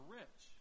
rich